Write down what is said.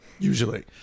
Usually